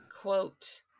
quote